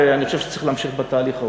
ואני חושב שצריך להמשיך בתהליך ההוא.